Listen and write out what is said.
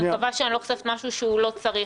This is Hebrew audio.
אני מקווה שאני לא חושפת משהו שלא צריך,